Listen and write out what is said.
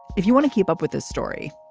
if you want to keep up with this story,